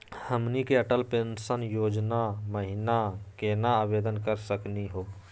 हमनी के अटल पेंसन योजना महिना केना आवेदन करे सकनी हो?